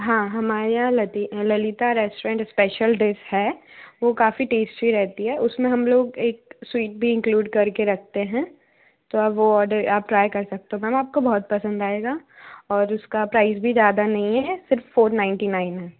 हाँ हमारे यहाँ ललिता रेस्टोरेंट स्पेशल डिश है वो काफ़ी टेस्टी रहती हैं उस में हम लोग एक स्वीट भी इंक्लूड कर के रखते हैं तो अब वो आर्डर आप ट्राई कर सकते हो मैम आपको बहुत पसंद आएगा और उसका प्राइज़ भी ज़्यादा नहीं हैं सिर्फ़ फ़ोर नाइनटी नाइन है